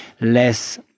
less